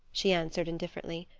she answered, indifferently.